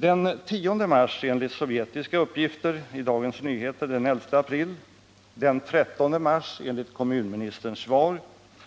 Den 10 mars enligt sovjetiska uppgifter i Dagens Nyheter den 11 april, den 13 mars enligt kommunministerns svar